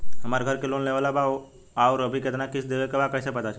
हमरा घर के लोन लेवल बा आउर अभी केतना किश्त देवे के बा कैसे पता चली?